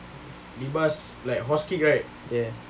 ya